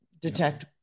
detect